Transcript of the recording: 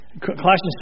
Colossians